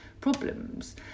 problems